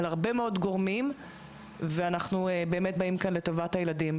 על הרבה מאוד גורמים ואנחנו באמת באים כאן לטובת הילדים.